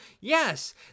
yes